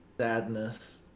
sadness